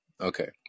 Okay